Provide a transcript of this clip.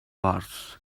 wars